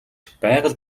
байгаль